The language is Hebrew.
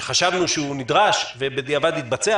שחשבנו שהוא נדרש ובדיעבד התבצע,